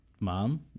mom